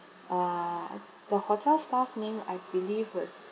uh the hotel staff name I believe was